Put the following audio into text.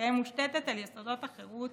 תהא מושתתת על יסודות החירות,